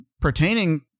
pertaining